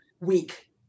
week